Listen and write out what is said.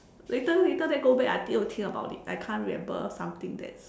later later then go back I need to think about it I can't remember something that's